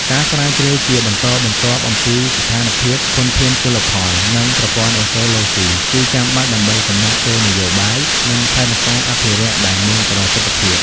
ការស្រាវជ្រាវជាបន្តបន្ទាប់អំពីស្ថានភាពធនធានជលផល និងប្រព័ន្ធអេកូឡូស៊ី គឺចាំបាច់ដើម្បីកំណត់គោលនយោបាយ និងផែនការអភិរក្សដែលមានប្រសិទ្ធភាព។